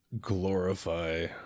glorify